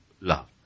love